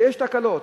שיש תקלות.